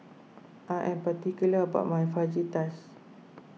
I am particular about my Fajitas